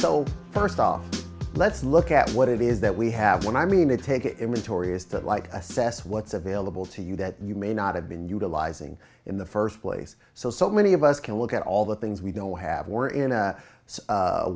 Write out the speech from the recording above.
so first off let's look at what it is that we have when i mean it take it when tori is that like assess what's available to you that you may not have been utilizing in the first place so so many of us can look at all the things we don't have or in a